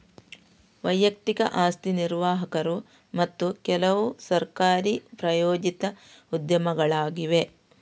ವೈಯಕ್ತಿಕ ಆಸ್ತಿ ನಿರ್ವಾಹಕರು ಮತ್ತು ಕೆಲವುಸರ್ಕಾರಿ ಪ್ರಾಯೋಜಿತ ಉದ್ಯಮಗಳಾಗಿವೆ